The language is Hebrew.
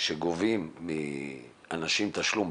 שגובים מאנשים תשלום,